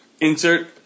insert